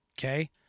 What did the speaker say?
Okay